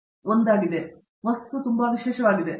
things ತುಂಬಾ ವಿಶೇಷವಾಗಿದೆ